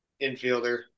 infielder